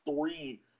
three